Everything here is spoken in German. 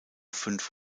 fünf